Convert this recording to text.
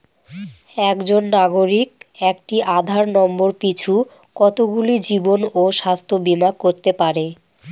একজন নাগরিক একটি আধার নম্বর পিছু কতগুলি জীবন ও স্বাস্থ্য বীমা করতে পারে?